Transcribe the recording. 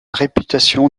réputation